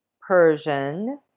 Persian